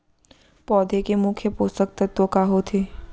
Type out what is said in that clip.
पौधे के मुख्य पोसक तत्व का होथे?